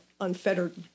unfettered